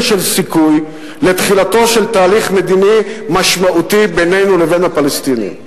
של סיכוי לתחילתו של תהליך מדיני משמעותי בינינו לבין הפלסטינים.